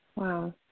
Wow